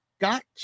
got